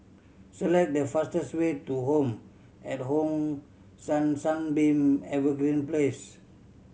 select the fastest way to Home at Hong San Sunbeam Evergreen Place